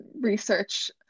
research